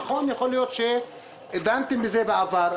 נכון, יכול להיות שדנתם בזה בעבר.